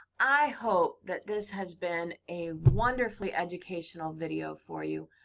i hope that this has been a wonderfully educational video for you.